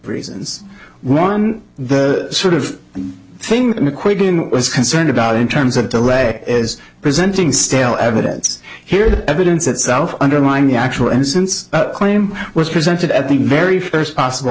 reasons why the sort of thing in equating was concerned about in terms of delay is presenting stale evidence here the evidence itself undermined the actual innocence claim was presented at the very first possible